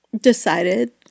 decided